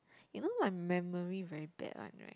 you know my memory very bad one right